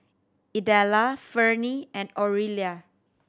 Idella Ferne and Orilla